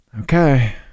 Okay